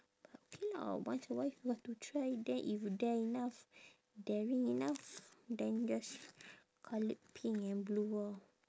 but okay lah once in a while if you want to try then if you dare enough daring enough then just colour it pink and blue orh